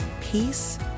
peace